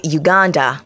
uganda